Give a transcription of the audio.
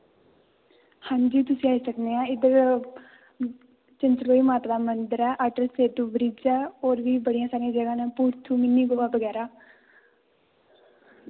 हांजी तुसी आई सकने आं इद्धर चंचलोई माता दा मंदर ऐ अटल सेतु ब्रिज ऐ और वी बड़ियां सारियां जगहां न पुरथु मिनी गोआ बगैरा